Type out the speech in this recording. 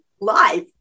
live